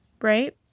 right